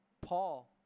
Paul